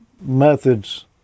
methods